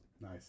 Nice